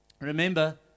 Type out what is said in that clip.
remember